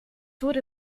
wurde